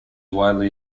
widely